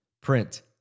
print